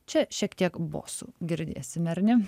čia šiek tiek bosų girdėsim ar ne